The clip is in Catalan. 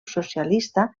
socialista